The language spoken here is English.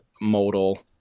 modal